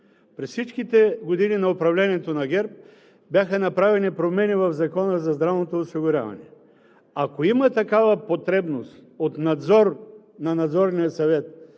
През всичките години на управлението на ГЕРБ бяха правени промени в Закона за здравното осигуряване. Ако има потребност от надзор на Надзорния съвет